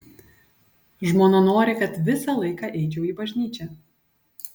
žmona nori kad visą laiką eičiau į bažnyčią